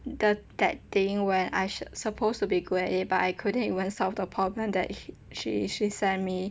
the tech thing where I should suppose to be good at it but I couldn't even solve the problem that sh~ she she sent me